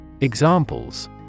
Examples